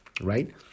right